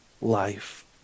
life